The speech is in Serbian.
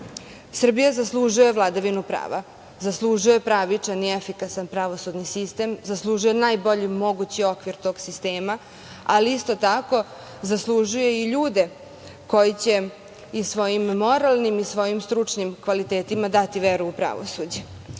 zaslužuje vladavinu prava, zaslužuje pravičan i efikasan pravosudni sistem, zaslužuje najbolji mogući okvir tog sistema, ali isto tako zaslužuje i ljude koji će i svojim moralnim i svojim stručnim kvalitetima dati veru u pravosuđe. Mi